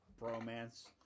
bromance